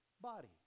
body